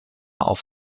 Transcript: auf